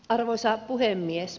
arvoisa puhemies